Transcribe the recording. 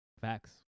Facts